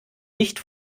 nicht